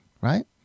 right